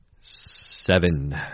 seven